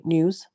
News